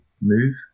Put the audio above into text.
move